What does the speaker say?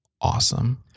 Awesome